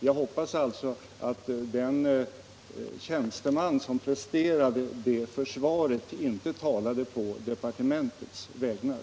Jag hoppas alltså att den tjänsteman som presterade det försvaret inte talade på departementets vägnar.